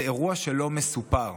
זה אירוע שלא מסופר.